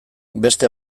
beste